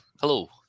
Hello